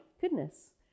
goodness